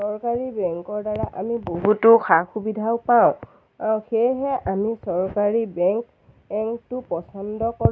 চৰকাৰী বেংকৰ দ্বাৰা আমি বহুতো সা সুবিধাও পাওঁ আৰু সেয়েহে আমি চৰকাৰী বেংক এংকটো পচন্দ কৰোঁ